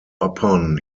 upon